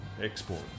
export